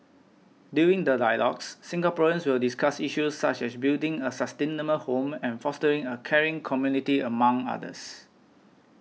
during the dialogues Singaporeans will discuss issues such as building a sustainable home and fostering a caring community among others